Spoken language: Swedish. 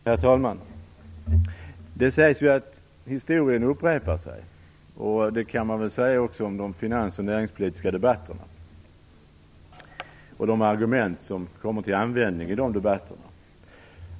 Herr talman! Det sägs att historien upprepar sig, och det kan man väl säga också om de finans och näringspolitiska debatterna och de argument som kommer till användning i de debatterna.